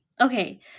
Okay